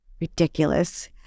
Ridiculous